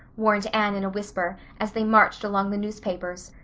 warned anne in a whisper, as they marched along the newspapers.